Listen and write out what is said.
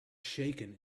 shaken